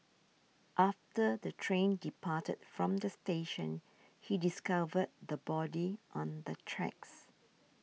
after the train departed from the station he discovered the body on the tracks